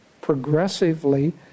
progressively